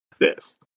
yes